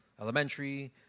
Elementary